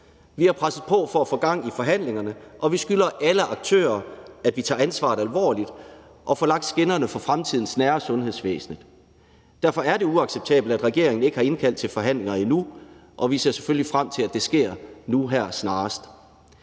Vi har presset på for at få gang i forhandlingerne, og vi skylder alle aktører, at vi tager ansvaret alvorligt og får lagt skinnerne for fremtidens nære sundhedsvæsen. Derfor er det uacceptabelt, at regeringen ikke har indkaldt til forhandlinger endnu, og vi ser selvfølgelig frem til, at det sker snarest.